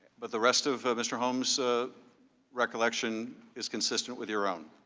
but the rest of mr. holmes recollection is consistent with your own?